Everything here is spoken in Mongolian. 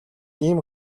ийм